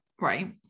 right